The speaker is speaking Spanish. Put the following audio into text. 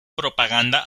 propaganda